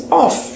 off